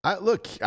Look